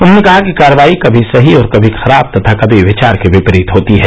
उन्होंने कहा कि कार्रवाई कभी सही और कभी खराब तथा कभी विचार के विपरीत होती है